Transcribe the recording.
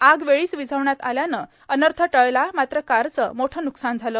आग वेळीच विझवण्यात आल्यानं अनर्थ टळला मात्र कारचं मोठं नुकसान झालं